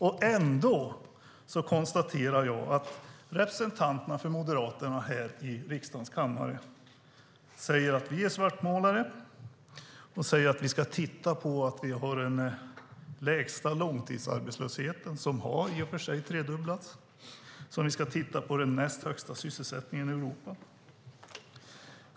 Trots det säger representanterna för Moderaterna i riksdagens kammare att vi är svartmålare och att Sverige har den lägsta långtidsarbetslösheten - den har tredubblats - och den näst högsta sysselsättningen i Europa.